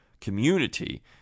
community